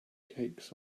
cakes